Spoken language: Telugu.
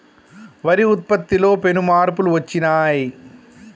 వరి ఉత్పత్తిలో పెను మార్పులు వచ్చినాయ్